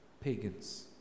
pagans